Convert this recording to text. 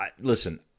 listen